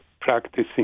practicing